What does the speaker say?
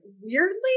weirdly